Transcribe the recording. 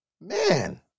Man